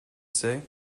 say